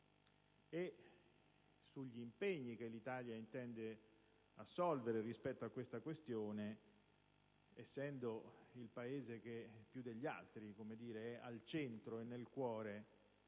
e sugli impegni che l'Italia intende assolvere rispetto a tale questione, essendo il nostro il Paese che più degli altri si trova al centro e nel cuore